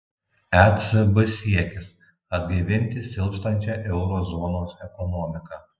ecb siekis atgaivinti silpstančią euro zonos ekonomiką